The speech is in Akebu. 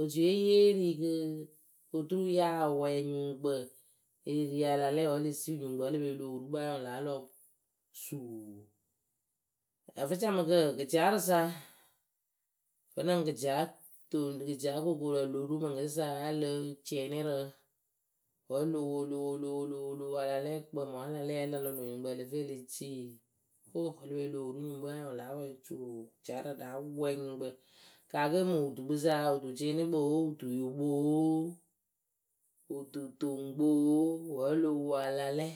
Otuiye yée ri kɨ kɨ oturu yáa wɛɛ nyuŋkpǝ e le ri yɨ a la lɛ wǝ́ e le sii nyuŋkpǝ wǝ́ e le pe yi o loh wuru kpɨ anyɩŋ wɨ láa lɔ suuu. Ǝfɨcamɨkǝ gɩtiarɨsa, vǝ́nɨŋ gɩtia toŋ gɩtiakookoorǝ lo ru mɨŋkɨsa wǝ́ laǝ cɩɩnɩ rɨ wǝ́ o lo wo. lo wo. lo wo lo wo a la lɛɛ kpǝŋmʊ wǝ́ a la lɛɛ wǝ́ a la lɔ lö nyuŋkpǝ ǝ lǝ fɨ e le cii, ho, e le pe yi o loh wuru nyuŋkpɨwe áa nyɩŋ wɨ láa wɛɛ suuu; gɩtiarǝ ɖáa wɛɛ nyuŋkpǝ. Kaa kǝ́ mɨŋ wɨtukpɨsa, wɨtucɩɩnɩkpoo, wɨtuyokpooo, wɨtutoŋkpooo, wǝ́ lo wo ala lɛɛ,